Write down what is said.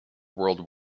world